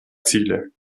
ziele